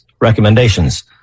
recommendations